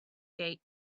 gate